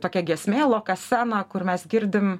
tokia giesmė lokasena kur mes girdim